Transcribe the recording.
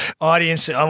audience